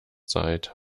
seid